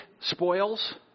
spoils